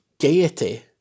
gaiety